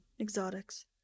exotics